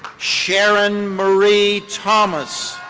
sharon marie thomas.